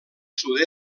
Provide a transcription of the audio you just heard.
sud